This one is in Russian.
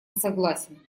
согласен